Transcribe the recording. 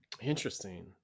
Interesting